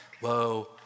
whoa